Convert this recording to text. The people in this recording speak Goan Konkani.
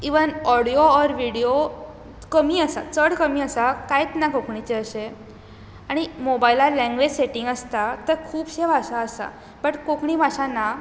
इवन ऑडियो ऑर विडियो कमी आसा चड कमी आसा कांयच ना कोंकणीचे अशें आनी मोबायलार लँग्वेज सॅटींग आसतात थंय खूबशे भाशा आसा बट कोंकणी भाशा ना